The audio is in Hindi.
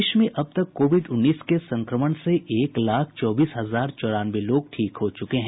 देश में अब तक कोविड उन्नीस के संक्रमण से एक लाख चौबीस हजार चौरानवे लोग ठीक हो चूके हैं